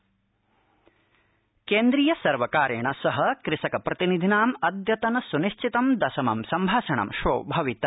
कृषक वार्ता केन्द्रीय सर्वकारेण सह कृषकप्रतिनिधीनां अद्यतन सुनिश्चितं दशमं सम्भाषणं श्वो भविता